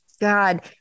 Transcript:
God